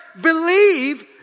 believe